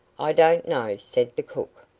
i don't know, said the cook.